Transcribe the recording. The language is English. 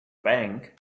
bank